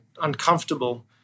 uncomfortable